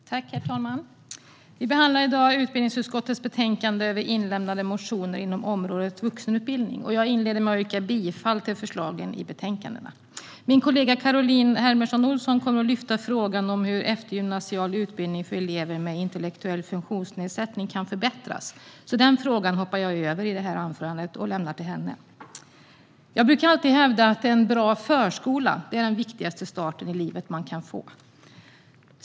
Herr talman! Vi behandlar i dag utbildningsutskottets betänkande med inlämnade motioner inom området vuxenutbildning. Jag inleder med att yrka bifall till förslagen i betänkandet. Min kollega Caroline Helmersson Olsson kommer att ta upp frågan om hur eftergymnasial utbildning för elever med intellektuell funktionsnedsättning kan förbättras, så den frågan hoppar jag över i det här anförandet och lämnar till henne. Jag brukar alltid hävda att en bra förskola är den viktigaste start i livet man kan få.